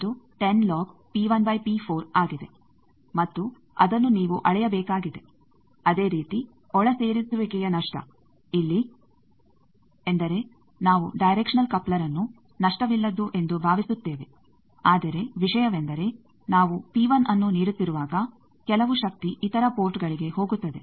ಅದೇ ರೀತಿ ಒಳಸೇರಿಸುವಿಕೆಯ ನಷ್ಟ ಇಲ್ಲಿ ಯಾವುದೇ ಶಕ್ತಿಯಿಲ್ಲ ಎಂದು ನಾವು ಹೇಳುತ್ತಿದ್ದೇವೆ ಆದರೆ ಒಳಸೇರಿಸುವಿಕೆಯ ನಷ್ಟ ಎಂದರೆ ನಾವು ಡೈರೆಕ್ಷನಲ್ ಕಪ್ಲರ್ಅನ್ನು ನಷ್ಟವಿಲ್ಲದ್ದು ಎಂದು ಭಾವಿಸುತ್ತೇವೆ ಆದರೆ ವಿಷಯವೆಂದರೆ ನಾವು ಅನ್ನು ನೀಡುತ್ತಿರುವಾಗ ಕೆಲವು ಶಕ್ತಿ ಇತರ ಪೋರ್ಟ್ಗಳಿಗೆ ಹೋಗುತ್ತದೆ